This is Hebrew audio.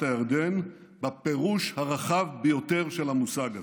הירדן בפירוש הנרחב ביותר של המושג הזה".